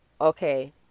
Okay